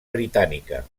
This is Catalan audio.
britànica